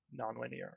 nonlinear